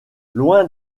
loin